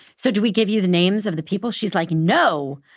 so do we give you the names of the people? she's like, no!